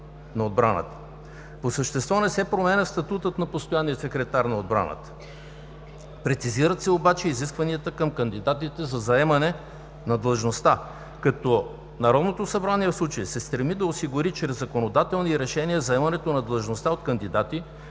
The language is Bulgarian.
на отбраната“. По същество не се променя статутът на постоянния секретар на отбраната. Прецизират се обаче изискванията към кандидатите за заемане на длъжността, като Народното събрание в случая се стреми да осигури чрез законодателни решения заемането на длъжността от кандидати,